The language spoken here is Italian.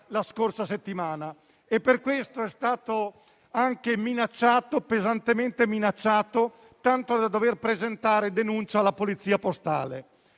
la scorsa settimana e per questo sono stato anche pesantemente minacciato, tanto da dover presentare denuncia alla Polizia postale.